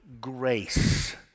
grace